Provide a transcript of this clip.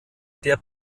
der